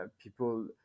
people